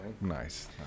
Nice